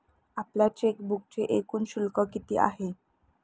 आपल्या चेकबुकचे एकूण शुल्क किती आहे?